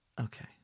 Okay